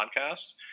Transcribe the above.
podcast